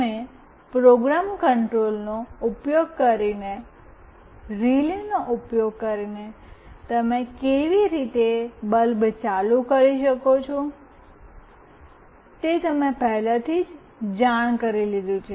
તમે પ્રોગ્રામ કંટ્રોલનો ઉપયોગ કરીને રિલેનો ઉપયોગ કરીને તમે કેવી રીતે બલ્બ ચાલુ કરી શકો છો તે તમે પહેલાથી જ જાણ કરી લીધું છે